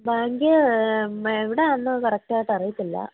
branch എവിടെയായിരുന്നു കറക്റ്റായിട്ട് അറിയത്തില്ല